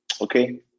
Okay